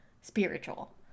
spiritual